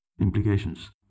implications